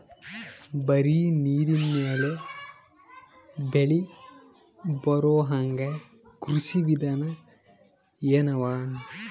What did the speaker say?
ಬರೀ ನೀರಿನ ಮೇಲೆ ಬೆಳಿ ಬರೊಹಂಗ ಕೃಷಿ ವಿಧಾನ ಎನವ?